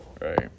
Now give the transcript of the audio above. Right